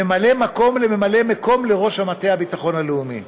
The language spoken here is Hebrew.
ממלא מקום לממלא מקום לראש המטה לביטחון לאומי.